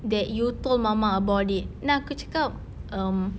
that you told mama about it then aku cakap um